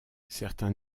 certains